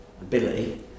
ability